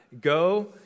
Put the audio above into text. go